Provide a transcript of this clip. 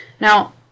Now